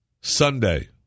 Sunday